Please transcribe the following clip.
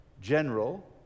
General